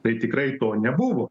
tai tikrai to nebuvo